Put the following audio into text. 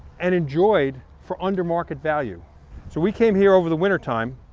and enjoyed for under market value. so we came here over the winter time,